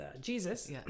Jesus